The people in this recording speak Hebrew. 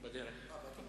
אבל יכולנו ללכת קדימה